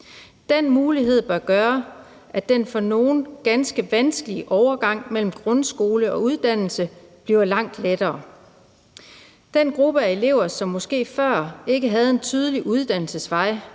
Den mulighed bør gøre, at den for nogle ganske vanskelige overgang mellem grundskole og uddannelse bliver langt lettere. Den gruppe af elever, som måske før ikke havde en tydelig uddannelsesvej